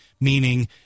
meaning